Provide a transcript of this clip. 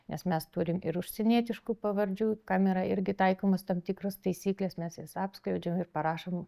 nes mes turim ir užsienietiškų pavardžių kam yra irgi taikomos tam tikros taisyklės mes jas apskliaudžiam ir parašom